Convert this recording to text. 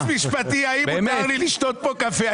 אני חייב ייעוץ משפטי האם מותר לי לשתות פה קפה.